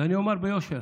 אני אומר ביושר: